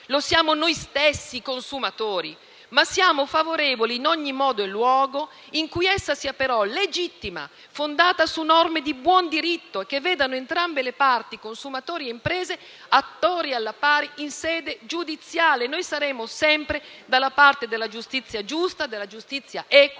siamo noi stessi consumatori, ma siamo favorevoli in ogni modo e luogo in cui essa sia legittima, fondata su norme di buon diritto, che vedano entrambe le parti, consumatori e imprese, attori alla pari in sede giudiziale. Noi saremo sempre dalla parte della giustizia giusta, della giustizia equa,